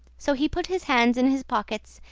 so he put his hands in his pockets,